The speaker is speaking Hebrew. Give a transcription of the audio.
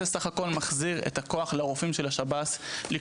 החוק הזה סך הכל מחזיר לרופאים של השב"ס את